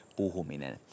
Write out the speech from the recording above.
puhuminen